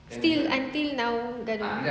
still until now gaduh